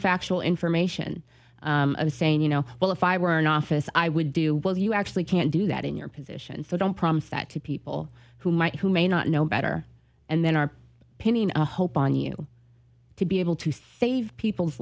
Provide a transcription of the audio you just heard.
factual information saying you know well if i were in office i would do well you actually can't do that in your position so i don't promise that to people who might who may not know better and then are pinning a hope on you to be able to save people's